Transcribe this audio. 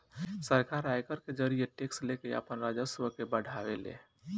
सरकार आयकर के जरिए टैक्स लेके आपन राजस्व के बढ़ावे ले